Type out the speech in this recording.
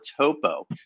Topo